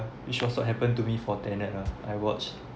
which also happen to me for tenet ah I watch